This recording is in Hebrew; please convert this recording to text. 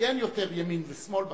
כי אין יותר ימין ושמאל בכנסת,